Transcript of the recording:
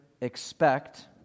expect